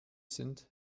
sind